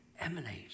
emanate